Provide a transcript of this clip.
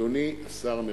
אדוני השר מרידור,